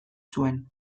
zuen